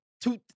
two